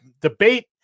debate